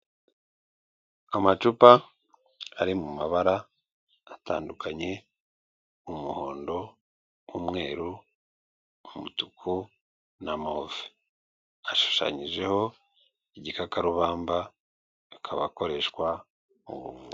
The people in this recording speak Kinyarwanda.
Amacupa ari mu mabara atandukanye umuhondo, umweru, umutuku na move, ashushanyijeho igikakarubamba akaba akoreshwa mu buvuzi.